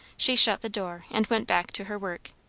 she shut the door and went back to her work.